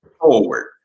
forward